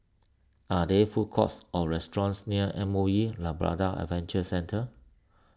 are there food courts or restaurants near M O E Labrador Adventure Centre